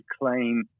claim